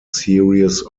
series